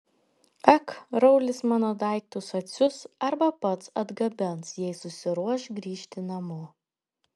ak raulis mano daiktus atsiųs arba pats atgabens jei susiruoš grįžti namo